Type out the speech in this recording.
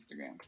Instagram